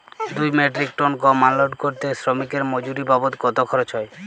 দুই metric ton গম unload করতে শ্রমিক এর মজুরি বাবদ কত খরচ হয়?